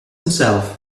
himself